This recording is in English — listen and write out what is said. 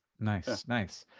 nice, nice.